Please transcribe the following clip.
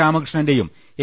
രാമകൃഷ്ണന്റെയും A